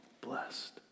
blessed